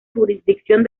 jurisdicción